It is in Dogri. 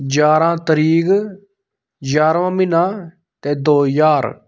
ञांरा तरीक ञांर्मा महिना ते दो जहार